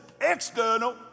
external